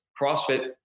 CrossFit